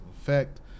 effect